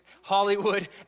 Hollywood